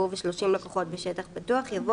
ובתנאי שהמחזיק או המפעיל של המקום יפעל